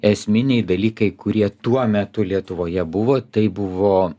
esminiai dalykai kurie tuo metu lietuvoje buvo tai buvo